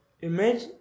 image